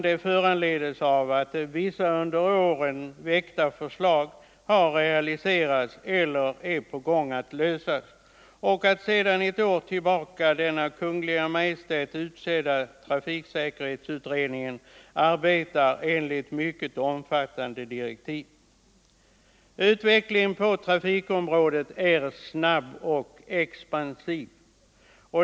Det föranleds i stället av att vissa under åren väckta förslag har realiserats eller håller på att realiseras och av att den av Kungl. Maj:t tillsatta trafiksäkerhetsutredningen sedan ett år tillbaka arbetar enligt mycket omfattande direktiv. Utvecklingen på trafikområdet är snabb och expansiv.